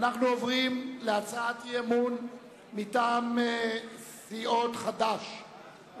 אנו עוברים להצעת אי-אמון מטעם סיעות חד"ש,